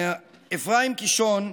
אפרים קישון,